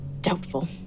Doubtful